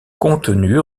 contenu